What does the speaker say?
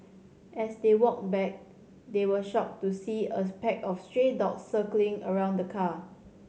as they walked back they were shocked to see a pack of stray dogs circling around the car